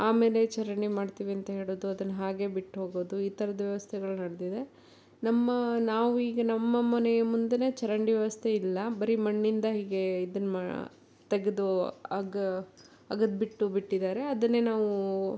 ಆಮೇಲೆ ಚರಂಡಿ ಮಾಡ್ತೀವಿ ಅಂತ ಹೇಳೋದು ಅದನ್ನ ಹಾಗೆ ಬಿಟ್ಟೋಗೋದು ಈ ಥರದ ವ್ಯವಸ್ಥೆಗಳು ನಡೆದಿದೆ ನಮ್ಮ ನಾವು ಈಗ ನಮ್ಮ ಮನೆಯ ಮುಂದೆಯೇ ಚರಂಡಿ ವ್ಯವಸ್ಥೆ ಇಲ್ಲ ಬರೀ ಮಣ್ಣಿಂದ ಹೀಗೆ ಇದನ್ನ ಮಾ ತೆಗೆದು ಅಗ ಅಗೆದ್ಬಿಟ್ಟು ಬಿಟ್ಟಿದ್ದಾರೆ ಅದನ್ನೇ ನಾವೂ